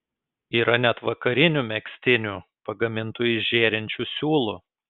yra net vakarinių megztinių pagamintų iš žėrinčių siūlų